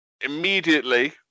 immediately